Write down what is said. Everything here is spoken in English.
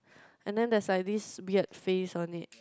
and then there's like this weird face on it